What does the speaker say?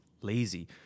lazy